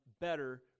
better